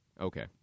okay